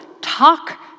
talk